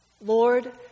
Lord